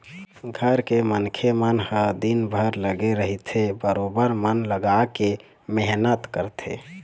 घर के मनखे मन ह दिनभर लगे रहिथे बरोबर मन लगाके मेहनत करथे